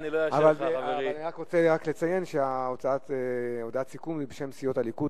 אני רוצה לציין שהודעת הסיכום היא בשם סיעות הליכוד,